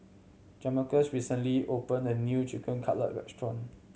Jamarcus recently opened a new Chicken Cutlet Restaurant